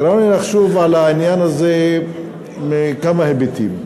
גרם לי לחשוב על העניין הזה מכמה היבטים.